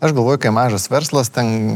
aš galvoju kai mažas verslas ten